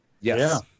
Yes